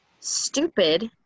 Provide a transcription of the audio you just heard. stupid